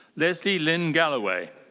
leslie lynn galloway.